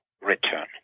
return